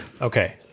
Okay